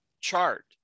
chart